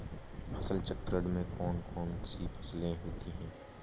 फसल चक्रण में कौन कौन सी फसलें होती हैं?